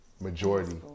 Majority